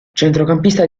centrocampista